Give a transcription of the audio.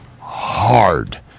hard